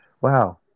Wow